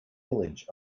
village